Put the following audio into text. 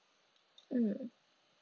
mm